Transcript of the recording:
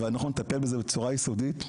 ואנחנו נטפל בזה בצורה יסודית,